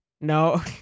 No